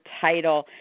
title